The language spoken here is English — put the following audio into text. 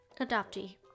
adoptee